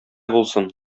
булсын